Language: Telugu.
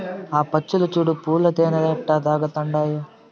ఆ పచ్చులు చూడు పూల తేనె ఎట్టా తాగతండాయో